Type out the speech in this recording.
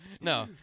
No